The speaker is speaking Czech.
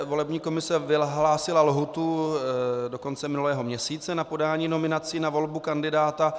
Volební komise vyhlásila lhůtu do konce minulého měsíce na podání nominací na volbu kandidáta.